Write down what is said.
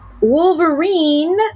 Wolverine